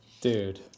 dude